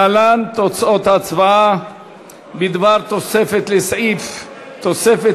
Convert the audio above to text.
להלן תוצאות ההצבעה בדבר תוספת תקציב,